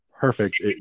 perfect